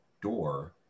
door